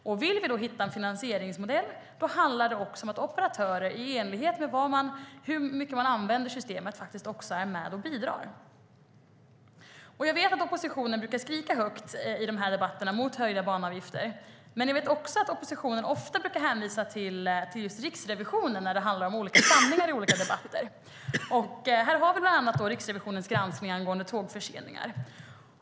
Om vi vill hitta en finansieringsmodell handlar det också om att operatörer i enlighet med hur mycket de använder systemet också är med och bidrar. Jag vet att oppositionen brukar skrika högt i debatterna mot höjda banavgifter, men jag vet också att oppositionen ofta brukar hänvisa till just Riksrevisionen när det handlar om olika sanningar i olika debatter. Här har jag Riksrevisionens granskning av tågförseningar.